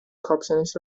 کاپشنش